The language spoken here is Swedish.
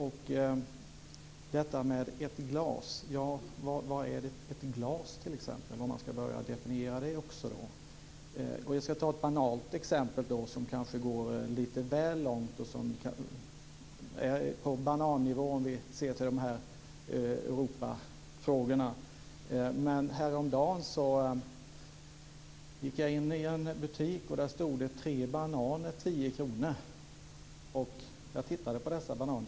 Ta detta med ett glas. Vad är t.ex. ett glas om man ska börja definiera det också. Vi kan ta ett banalt exempel, som kanske går lite väl långt och som kanske är på banannivå om man ser till de här Europafrågorna. Häromdagen gick jag in i en butik, och där stod det: Tre bananer för 10 kr. Jag tittade på dessa bananer.